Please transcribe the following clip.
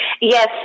Yes